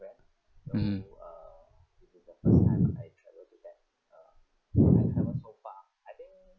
mm mm